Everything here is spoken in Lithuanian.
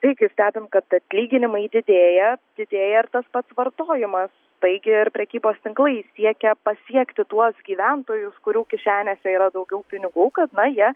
taigi stebim kad atlyginimai didėja didėja ir tas pats vartojimas taigi ir prekybos tinklai siekia pasiekti tuos gyventojus kurių kišenėse yra daugiau pinigų kad na jie